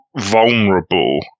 vulnerable